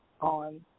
on